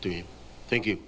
do you think you